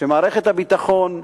שמערכת הביטחון,